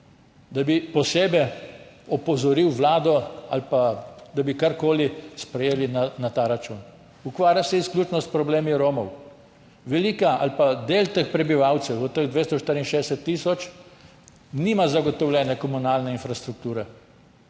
da bi posebej opozoril Vlado ali pa da bi karkoli sprejeli na ta račun. Ukvarja se izključno s problemi Romov. Veliko ali pa del teh prebivalcev od teh 264 tisoč nima zagotovljene komunalne infrastrukture,